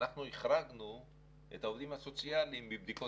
אנחנו החרגנו את העובדים הסוציאליים מבדיקות